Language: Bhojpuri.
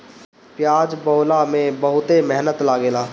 पियाज बोअला में बहुते मेहनत लागेला